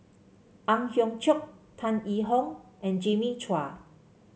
Ang Hiong Chiok Tan Yee Hong and Jimmy Chua